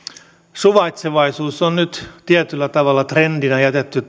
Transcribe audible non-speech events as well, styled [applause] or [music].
suvaitsevaisuus on nyt tietyllä tavalla trendinä jätetty [unintelligible]